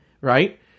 right